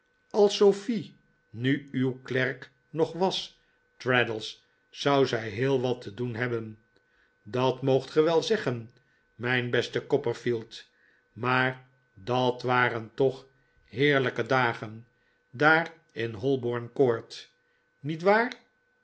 als sofie nu uw klerk nog was traddles zou zij heel wat te doen hebben dat moogt ge wel zeggen mijn beste copperfield maar dat waren toch heerlijke dagen daar in holborn court niet waar